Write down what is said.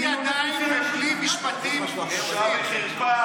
אתם מתפרנסים רק משקר ורעל.